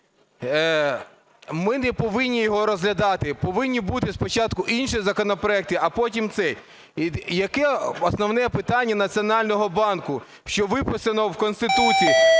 Ми не повинні його розглядати. Повинні бути спочатку інші законопроекти, а потім цей. Яке основне питання Національного банку, що виписане в Конституції?